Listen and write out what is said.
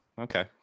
Okay